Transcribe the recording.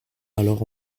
alors